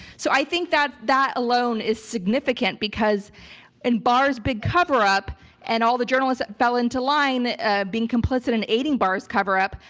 so i think that that alone is significant because in barr's big cover up and all the journalists fell into line ah being complicit in aiding barr's cover up,